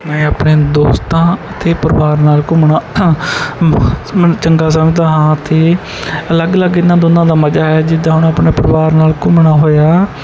ਮੈਂ ਆਪਣੇ ਦੋਸਤਾਂ ਅਤੇ ਪਰਿਵਾਰ ਨਾਲ ਘੁੰਮਣਾ ਮੈਨੂੰ ਚੰਗਾ ਸਮਝਦਾ ਹਾਂ ਅਤੇ ਅਲੱਗ ਅਲੱਗ ਇਹਨਾਂ ਦੋਨਾਂ ਦਾ ਮਜ਼ਾ ਹੈ ਜਿੱਦਾਂ ਹੁਣ ਆਪਣੇ ਪਰਿਵਾਰ ਨਾਲ ਘੁੰਮਣਾ ਹੋਇਆ